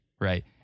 right